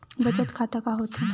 बचत खाता का होथे?